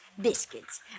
biscuits